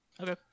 Okay